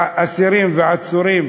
אסירים ועצורים